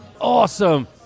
Awesome